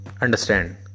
Understand